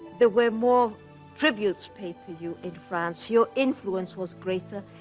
there were more tributes paid to you in france. your influence was greater.